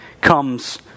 comes